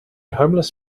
homeless